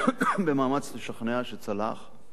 במאמץ לשכנע, שצלח: